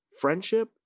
friendship